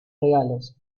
regalos